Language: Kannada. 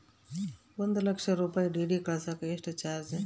ಒಂದು ಲಕ್ಷ ರೂಪಾಯಿ ಡಿ.ಡಿ ಕಳಸಾಕ ಎಷ್ಟು ಚಾರ್ಜ್?